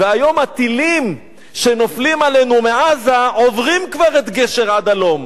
והיום הטילים שנופלים עלינו מעזה עוברים כבר את גשר עד-הלום,